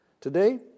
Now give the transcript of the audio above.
Today